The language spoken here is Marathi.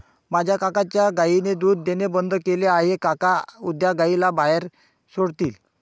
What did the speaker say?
माझ्या काकांच्या गायीने दूध देणे बंद केले आहे, काका उद्या गायीला बाहेर सोडतील